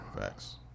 Facts